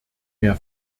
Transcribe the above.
mehr